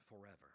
forever